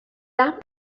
that